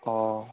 অঁ